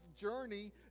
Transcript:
journey